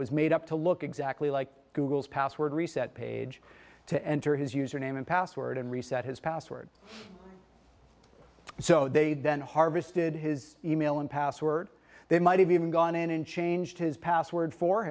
was made up to look exactly like google's password reset page to enter his username and password and reset his password so they'd then harvested his e mail and password they might have even gone in and changed his password for